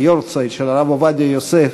היארצייט של הרב עובדיה יוסף.